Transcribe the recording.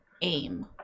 aim